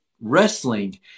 wrestling